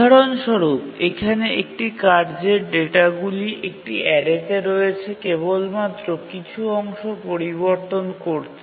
উদাহরণস্বরূপ এখানে একটি কার্যের ডেটাগুলি একটি অ্যারেতে রয়েছে এবং কেবলমাত্র কিছু অংশ পরিবর্তন করেছে